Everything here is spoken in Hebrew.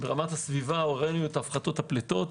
ברמת הסביבה ראינו את הפחות הפליטות,